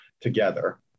together